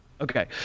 Okay